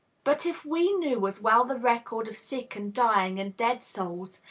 but, if we knew as well the record of sick and dying and dead souls,